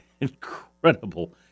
incredible